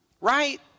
Right